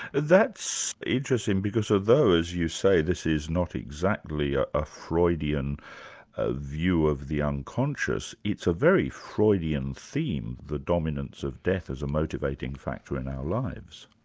that's interesting, because although as you say, this is not exactly a ah freudian ah view of the unconscious, it's a very freudian theme, the dominance of death as a motivating factor in our lives.